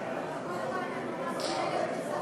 אנחנו אמרנו, ברגע שתוסף